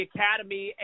Academy